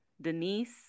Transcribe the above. Denise